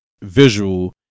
visual